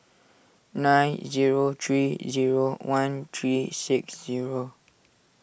nine zero three zero one three six zero